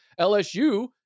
LSU